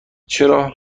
چرا